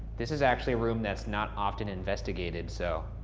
this is actually a room that's not often investigated, so.